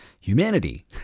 Humanity